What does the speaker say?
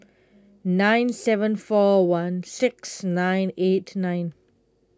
nine seven four one six nine eight nine